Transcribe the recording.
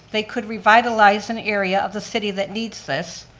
they could revitalize an area of the city that needs this,